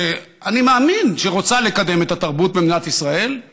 שאני מאמין שרוצה לקדם את התרבות במדינת ישראל,